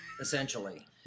essentially